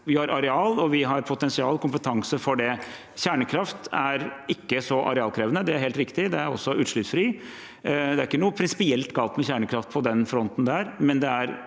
Vi har arealer, potensial og kompetanse på det. Kjernekraft er ikke så arealkrevende – det er helt riktig – og den er utslippsfri. Det er ikke noe prinsipielt galt med kjernekraft på den måten, men det er